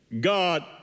God